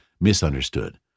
misunderstood